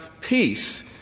peace